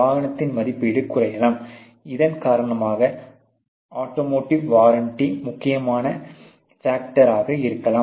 வாகனத்தின் மதிப்பீடு குறையலாம் இதன் காரணமாக ஆட்டோமோட்டிவ் வாரண்ட்டி முக்கியமான ஃபேக்டர் ஆக இருக்கலாம்